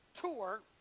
tour